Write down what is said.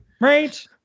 Right